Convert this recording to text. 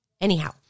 Anyhow